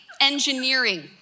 engineering